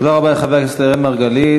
תודה רבה לחבר הכנסת אראל מרגלית.